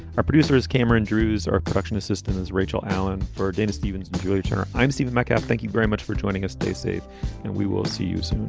our producer is cameron drus. our production assistant is rachel allen for dana stevens and julie turner. i'm stephen metcalf. thank you very much for joining us. stay safe and we will see you sort of